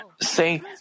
say